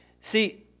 See